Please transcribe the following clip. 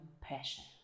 passion